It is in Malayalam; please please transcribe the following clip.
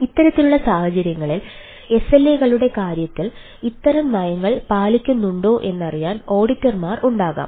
ഇത്തരത്തിലുള്ള സാഹചര്യങ്ങളിൽ എസ്എൽഎകളുടെ കാര്യത്തിൽ ഇത്തരം നയങ്ങൾ പാലിക്കുന്നുണ്ടോ എന്നറിയാൻ ഓഡിറ്റർമാർ ഉണ്ടാകാം